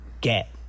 get